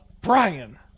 Brian